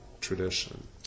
tradition